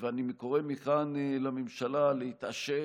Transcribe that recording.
אני קורא מכאן לממשלה להתעשת.